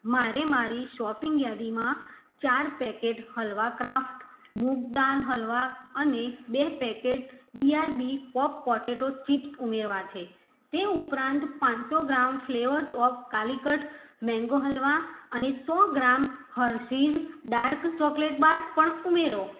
મારે મારી શોપિંગ યાદીમાં ચાર પેકેટ હલવા ક્રાફ્ટ મુંગ દાલ હલવા અને બે packet B R B popped potato chips ઉમેરવા છે તે ઉપરાંત પાંચસો gram flavours of Calicut mango halwa અને સો gram Hershey's dark chocolate bar પણ ઉમેરો